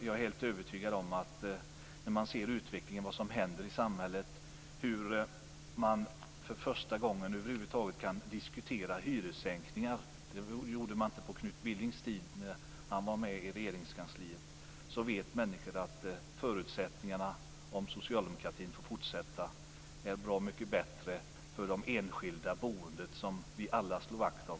Jag är helt övertygad om att sett till utvecklingen, vad som händer i samhället - för första gången kan ju nu hyressänkningar diskuteras, vilket inte skedde under den tid då Knut Billing fanns med i Regeringskansliet - vet människor att förutsättningarna, med en fortsatt socialdemokratisk politik, är bra mycket bättre för det enskilda boendet, som vi alla slår vakt om.